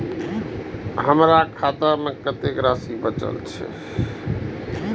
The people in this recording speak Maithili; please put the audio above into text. हमर खाता में कतेक राशि बचल छे?